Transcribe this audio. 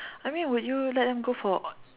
I mean would you let them go for